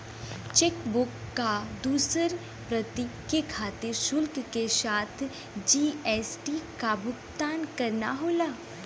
chequebook क दूसर प्रति के खातिर शुल्क के साथ जी.एस.टी क भुगतान करना होला